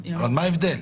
מה ההבדל?